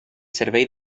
servei